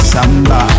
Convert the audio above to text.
Samba